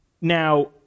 Now